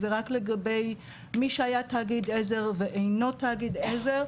זה רק לגבי מי שהיה תאגיד עזר ואינו תאגיד עזר,